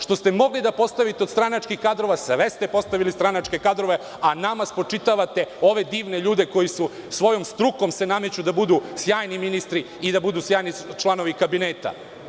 Što ste mogli da postavite od stranačkih kadrova, sve ste postavili stranačke kadrove, a nama spočitavate ove divne ljude koji se svojom strukom nameću da budu sjajni ministri i da budu sjajni članovi kabineta.